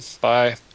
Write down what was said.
Bye